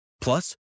Plus